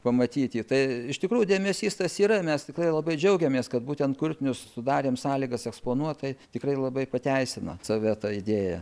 pamatyti tai iš tikrųjų dėmesys tas yra mes tikrai labai džiaugiamės kad būtent kurtinius sudarėm sąlygas eksponuot tai tikrai labai pateisina save ta idėja